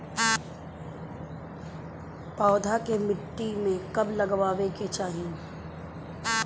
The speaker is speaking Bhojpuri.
पौधा के मिट्टी में कब लगावे के चाहि?